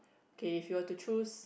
K if you were to choose